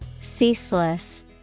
Ceaseless